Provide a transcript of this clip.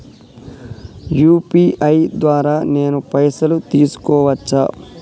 UPI ద్వారా నేను పైసలు తీసుకోవచ్చా?